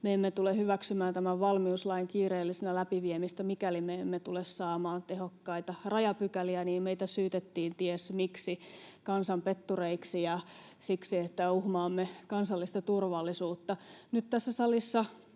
emme tule hyväksymään tämän valmiuslain kiireellisenä läpiviemistä, mikäli me emme tule saamaan tehokkaita rajapykäliä, niin meitä syytettiin ties miksi kansanpettureiksi ja siksi, että uhmaamme kansallista turvallisuutta.